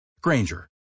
Granger